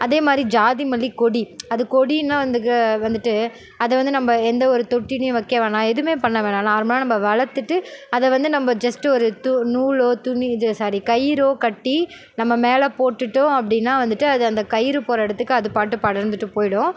அதே மாதிரி ஜாதி மல்லி கொடி அது கொடின்னா அந்த க வந்துட்டு அதை வந்து நம்ம எந்த ஒரு தொட்டிலையும் வைக்கவேணாம் எதுவுமே பண்ணவேணாம் நார்மலாக நம்ம வளர்த்துட்டு அதை வந்து நம்ம ஜஸ்ட் ஒரு து நூலோ துணி இது சாரி கயிறோ கட்டி நம்ம மேலே போட்டுட்டோம் அப்படின்னா வந்துட்டு அது அந்த கயிறு போகிற இடத்துக்கு அதுபாட்டு படர்ந்துகிட்டு போய்டும்